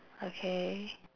okay